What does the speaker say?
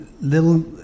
little